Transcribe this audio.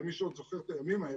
למי עוד זוכר את הימים האלה.